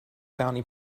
bounty